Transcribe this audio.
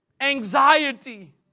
anxiety